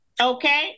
Okay